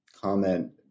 comment